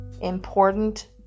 important